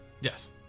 Yes